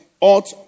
ought